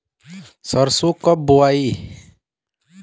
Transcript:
सरसो कब बोआई?